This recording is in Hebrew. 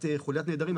מבחינת חוליית הנעדרים,